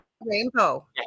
rainbow